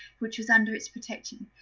which was under its protection.